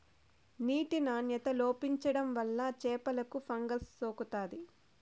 నీటి నాణ్యత లోపించడం వల్ల చేపలకు ఫంగస్ సోకుతాది